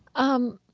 um,